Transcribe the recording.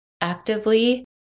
actively